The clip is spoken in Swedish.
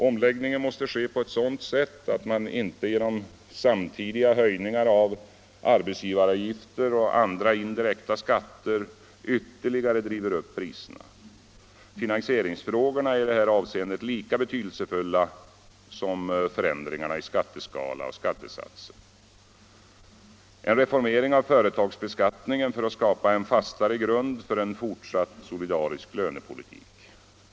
Omläggningen måste ske på sådant sätt att man inte genom samtidiga höjningar av arbetsgivaravgifter och andra indirekta skatter ytterligare driver upp priserna. Finansieringsfrågorna är i det här avseendet lika betydelsefulla som förändringarna i skatteskala och skattesatser. Vi måste reformera företagsbeskattningen för att skapa en fastare grund för en fortsatt solidarisk lönepolitik.